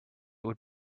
would